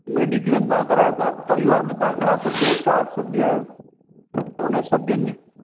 mediclaim तव्हां करायो था परिवार में तव्हां घणा सद्य चार सद्य त उन सभिनिनि